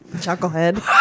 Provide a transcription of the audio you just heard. Chucklehead